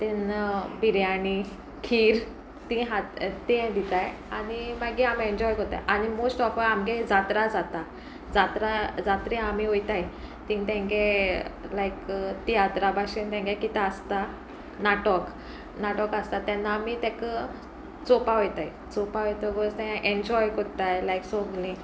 तेन्ना बिरयणी खीर तीं खाता ते दिताय आनी मागीर आमी एन्जॉय करत्ताय आनी मोस्ट ऑफ ऑल आमगे जात्रा जाता जात्रा जात्रे आमी वयताय तींग तेंगे लायक तियात्रा भाशेन तेंगे कितें आसता नाटक नाटक आसता तेन्ना आमी ताका चोपा वोयताय चोवपा वोयत व ते एन्जॉय कोत्ताय लायक सगलीं